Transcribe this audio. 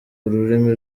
rurimi